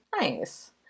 nice